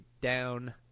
down